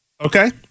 Okay